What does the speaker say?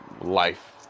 life